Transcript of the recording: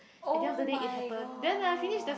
oh-my-god